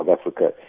Africa